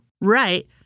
right